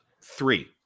Three